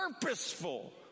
purposeful